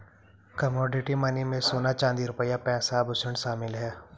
commodity money में सोना चांदी रुपया पैसा आभुषण शामिल है